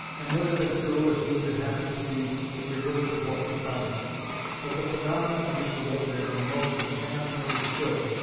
and would have been true if these had happened to be the reverse of what we find them but the phaenomena of equilibrium and motion cannot be understood,